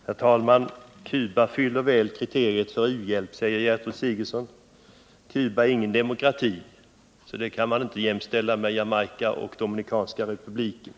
Herr talman! Cuba fyller väl kriteriet för u-hjälp, säger Gertrud Sigurdsen, men Cuba är ingen demokrati, så i det avseendet kan landet inte jämställas med Jamaica och Dominikanska republiken.